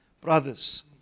brothers